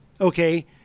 Okay